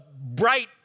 bright